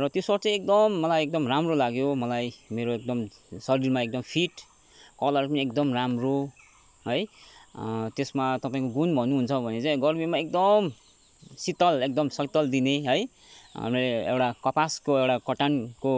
र त्यो सर्ट चाहिँ एकदम मलाई एकदम राम्रो लाग्यो मलाई मेरो एकदम शरीरमा एकदम फिट कलर पनि एकदम राम्रो है त्यसमा तपाईँको गुण भन्नुहुन्छ भने चाहिँ गर्मीमा एकदम शीतल एकदम शीतल दिने है एउटा कपासको एउटा कटनको